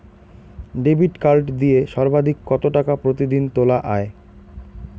Debit card দিয়ে সর্বাধিক কত টাকা প্রতিদিন তোলা য়ায়?